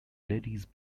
ladies